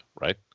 right